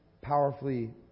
powerfully